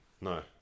No